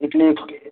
એટલે